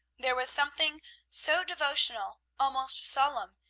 there was something so devotional, almost solemn,